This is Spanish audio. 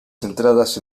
centradas